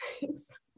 Thanks